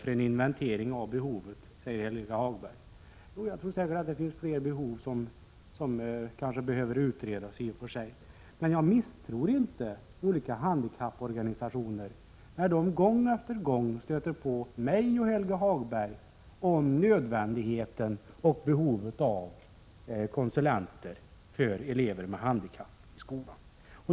för en inventering av behovet, säger Helge Hagberg. Jagtrori Prot. 1986/87:94 och för sig att det kan finnas fler behov som behöver utredas, men jag 25 mars 1987 misstror inte olika handikapporganisationer när de gång på gång stöter på mig och Helge Hagberg om behovet av konsulenter för elever med handikapp i skolan.